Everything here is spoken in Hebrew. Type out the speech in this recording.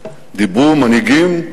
דיברו מנהיגים,